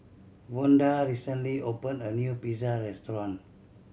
Vonda recently opened a new Pizza Restaurant